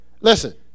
Listen